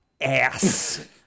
ass